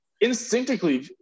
instinctively